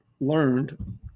learned